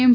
એમ